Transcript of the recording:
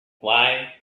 why